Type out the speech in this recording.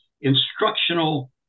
instructional